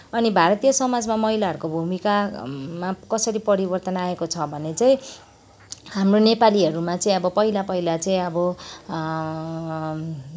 अनि भारतीय समाजमा महिलाहरूकतो भूमिकामा कसरी परिवर्तन आएको छ भने चाहिँ हाम्रो नेपालीहरूमा चाहिँ अब पहिला पहिला चाहिँ अब